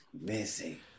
missing